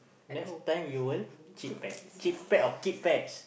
next time you will cheap pet cheap pet or keep pets